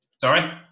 sorry